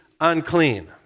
unclean